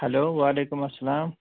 hello وعلیکم اسلام